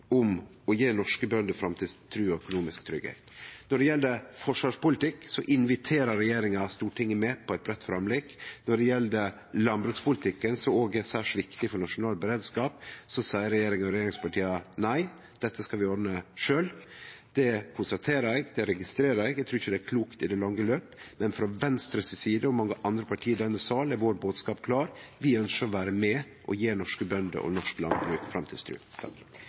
om å gje norske bønder framtidstru og økonomisk tryggleik. Når det gjeld forsvarspolitikk, inviterer regjeringa Stortinget med på eit bredt forlik. Når det gjeld landbrukspolitikken, som òg er særs viktig for nasjonal beredskap, seier regjeringa og regjeringspartia: Nei, dette skal vi ordne sjølve. Det konstaterer eg, det registrerer eg – eg trur ikkje det er klokt i det lange løp. Men frå Venstre og mange andre parti i denne sal si side er bodskapen klar: Vi ønskjer å vere med og gje norske bønder og norsk landbruk